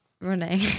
running